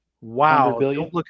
Wow